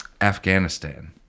Afghanistan